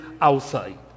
outside